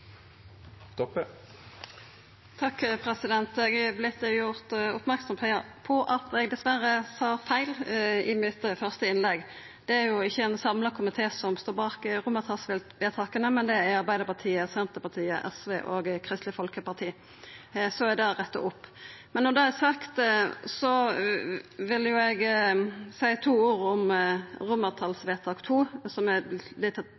Eg har vorte gjord merksam på at eg dessverre sa feil i det første innlegget mitt. Det er ikkje ein samla komité som står bak romartalsvedtaka, det er Arbeidarpartiet, Senterpartiet, SV og Kristeleg Folkeparti. Så er det retta opp. Men når det er sagt, vil eg seia to ord om vedtak II, som er